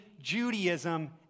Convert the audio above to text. Judaism